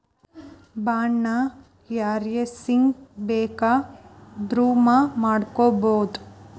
Bond ನ ಯಾರ್ಹೆಸ್ರಿಗ್ ಬೆಕಾದ್ರುಮಾಡ್ಬೊದು?